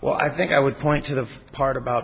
well i think i would point to the part about